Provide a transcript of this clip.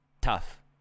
tough